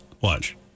watch